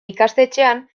ikastetxean